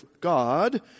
God